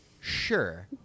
sure